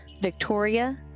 Victoria